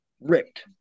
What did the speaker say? ripped